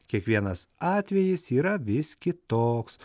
kiekvienas atvejis yra vis kitoks